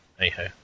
anyhow